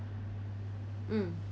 mm